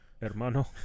hermano